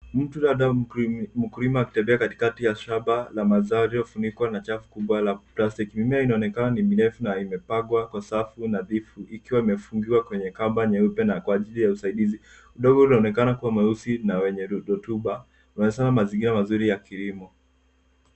Ntu labda mkulima akitembea katikati ya shamba la mazao yaliyofunikwa na chafu kubwa la plastiki. Mimea inaonekana ni mirefu na imepangwa kwa safu nadhifu ikiwa imefungiwa kwenye kamba nyeupe kwa ajili ya usaidizi. Udongo unaonekana kuwa mweusi na wenye rutuba, unaonyeshana mazingira mazuri ya kilimo.